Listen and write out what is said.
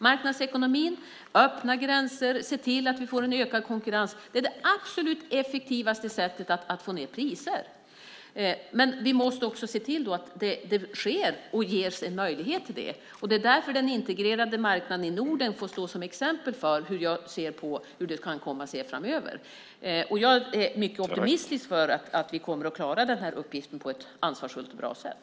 Marknadsekonomin, öppna gränser och att se till att vi får en ökad konkurrens är de absolut effektivaste sätten att få ned priserna. Men då måste vi också se till att det sker och att det ges möjlighet till det. Det är därför den integrerade marknaden i Norden får stå som exempel för hur jag ser på hur det kan komma att se ut framöver. Jag är mycket optimistisk om att vi kommer att klara den här uppgiften på ett ansvarsfullt och bra sätt.